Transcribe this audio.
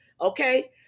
okay